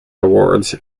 awards